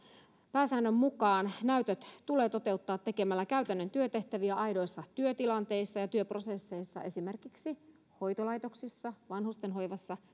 pääsäännön mukaan näytöt tulee toteuttaa tekemällä käytännön työtehtäviä aidoissa työtilanteissa ja työprosesseissa esimerkiksi hoitolaitoksissa vanhustenhoivassa